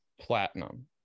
platinum